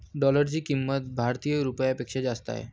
डॉलरची किंमत भारतीय रुपयापेक्षा जास्त आहे